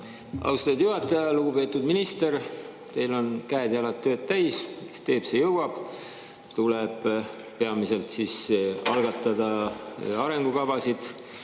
Austatud juhataja! Lugupeetud minister! Teil on käed-jalad tööd täis – kes teeb, see jõuab. Tuleb peamiselt algatada arengukavasid,